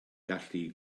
gallu